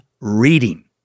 reading